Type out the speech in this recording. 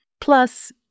Plus